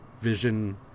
Vision